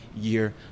year